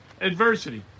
adversity